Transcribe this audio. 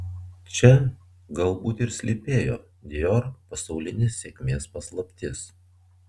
čia galbūt ir slypėjo dior pasaulinės sėkmės paslaptis